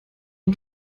ein